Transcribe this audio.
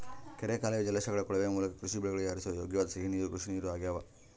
ಕೆರೆ ಕಾಲುವೆಯ ಜಲಾಶಯಗಳ ಕೊಳವೆ ಮೂಲಕ ಕೃಷಿ ಬೆಳೆಗಳಿಗೆ ಹರಿಸಲು ಯೋಗ್ಯವಾದ ಸಿಹಿ ನೀರು ಕೃಷಿನೀರು ಆಗ್ಯಾವ